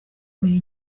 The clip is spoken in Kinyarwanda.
umenya